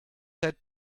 said